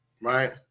Right